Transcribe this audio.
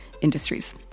industries